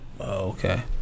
Okay